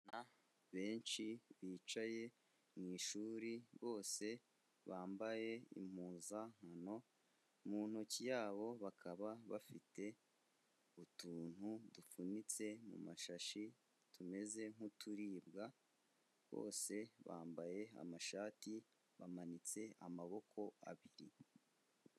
Abana benshi bicaye mu ishuri bose bambaye impuzankano mu ntoki yabo bakaba bafite utuntu dupfunyitse mu mashashi tumeze nk'uturibwa bose bambaye amashati bamanitse amaboko abiri.